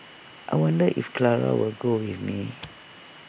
I wonder if Clara will go with me